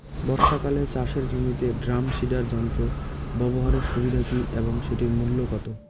বর্ষাকালে চাষের জমিতে ড্রাম সিডার যন্ত্র ব্যবহারের সুবিধা কী এবং সেটির মূল্য কত?